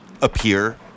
Appear